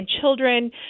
children